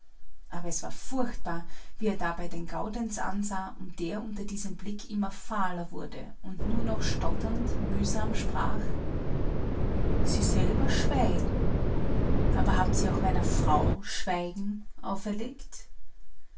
aber es war furchtbar wie er dabei den gaudenz ansah und der unter diesem blick immer fahler wurde und nur noch stotternd mühsam sprach sie selber schweigen aber haben sie auch meiner frau schweigen auferlegt